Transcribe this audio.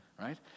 right